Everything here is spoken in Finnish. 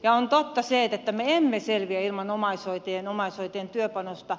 on totta se että me emme selviä ilman omaishoitajien työpanosta